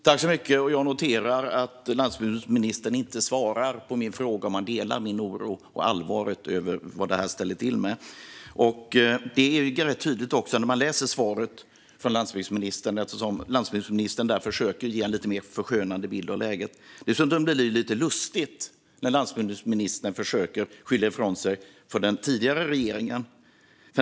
Herr talman! Jag noterar att landsbygdsministern inte svarar på min fråga om han delar min oro och ser med samma allvar på vad detta ställer till med. Det är rätt tydligt också i interpellationssvaret, där landsbygdsministern försöker ge en lite mer förskönande bild av läget. Dessutom blir det lite lustigt när landsbygdsministern försöker skylla ifrån sig genom att peka på den tidigare regeringen.